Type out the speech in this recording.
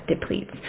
depletes